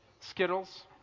Skittles